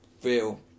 feel